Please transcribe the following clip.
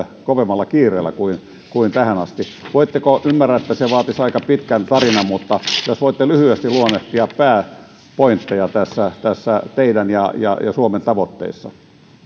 kovemmalla kiireellä kuin kuin tähän asti ymmärrän että se vaatisi aika pitkän tarinan mutta jos voitte lyhyesti luonnehtia pääpointteja tässä tässä teidän ja ja suomen tavoitteissa